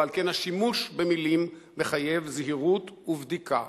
ועל כן השימוש במלים מחייב זהירות ובדיקה.